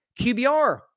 QBR